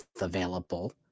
available